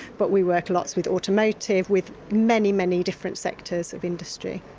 but we work lots with automotive, with many, many different sectors of industry.